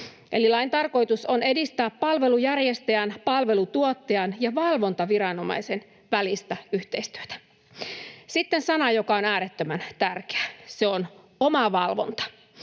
Eli lain tarkoitus on edistää palvelunjärjestäjän, palveluntuottajan ja valvontaviranomaisen välistä yhteistyötä. Sitten sana, joka on äärettömän tärkeä. Se on ”omavalvonta”.